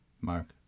Mark